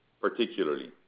particularly